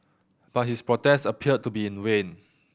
but his protest appeared to be in vain